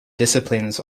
disciplines